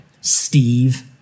Steve